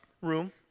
room